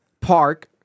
Park